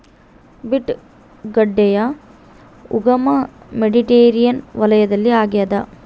beet ಗಡ್ಡೆಯ ಉಗಮ Mediterranean ವಲಯದಲ್ಲಿ ಆಗ್ಯಾದ